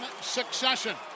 succession